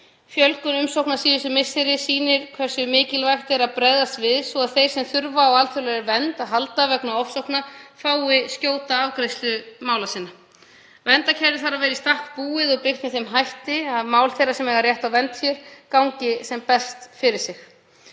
Fjölgun umsókna síðustu misseri sýnir hversu mikilvægt er að bregðast við svo að þeir sem þurfa á alþjóðlegri vernd að halda vegna ofsókna fái skjóta afgreiðslu mála sinna. Verndarkerfið þarf að vera í stakk búið og byggt með þeim hætti að mál þeirra sem eiga rétt á vernd hér gangi sem best fyrir sig.